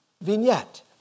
Vignette